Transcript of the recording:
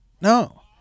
No